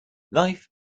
life